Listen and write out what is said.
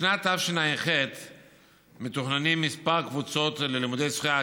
לשנת תשע"ח מתוכננות כמה קבוצות ללימודי שחייה,